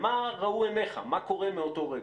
ומה ראו עיניך, מה קורה מאותו רגע.